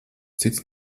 cits